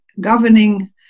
governing